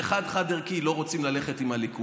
זה חד-חד-ערכי לא רוצים ללכת עם הליכוד,